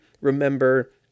remember